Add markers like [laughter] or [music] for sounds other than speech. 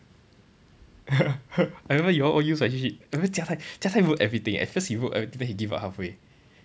[laughs] I remember you all all use my cheat sheet I remember jia tai jia tai wrote everything at first he wrote everything then he give up halfway